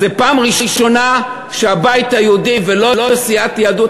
אז זאת הפעם הראשונה שהבית היהודי ולא סיעת יהדות